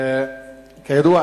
כידוע,